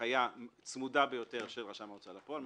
והנחיה צמודה ביותר של רשם ההוצאה לפועל,